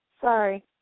sorry